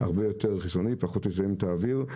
הרבה יותר חסכוני ופחות לזהם את האוויר.